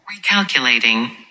Recalculating